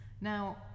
Now